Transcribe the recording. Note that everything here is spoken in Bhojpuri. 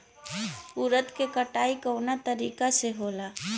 उरद के कटाई कवना तरीका से होला?